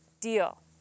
deal